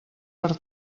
per